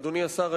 אדוני השר,